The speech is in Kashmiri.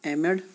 M Ed